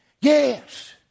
Yes